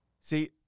See